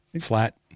flat